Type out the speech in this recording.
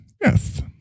Yes